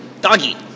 Doggy